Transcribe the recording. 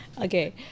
Okay